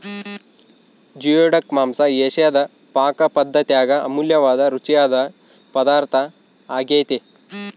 geoduck ಮಾಂಸ ಏಷಿಯಾದ ಪಾಕಪದ್ದತ್ಯಾಗ ಅಮೂಲ್ಯವಾದ ರುಚಿಯಾದ ಪದಾರ್ಥ ಆಗ್ಯೆತೆ